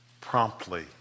promptly